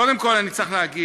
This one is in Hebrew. קודם כול, אני צריך להגיד,